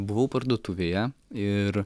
buvau parduotuvėje ir